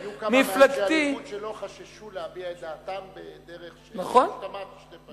היו כמה מאנשי הליכוד שלא חששו להביע את דעתם בדרך שמשתמעת לשתי פנים.